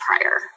prior